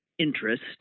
interest